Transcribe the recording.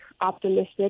optimistic